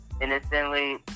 innocently